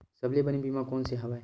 सबले बने बीमा कोन से हवय?